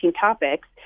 topics